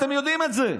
אתם יודעים את זה.